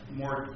more